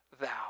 thou